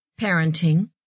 parenting